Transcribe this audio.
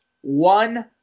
one